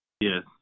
Yes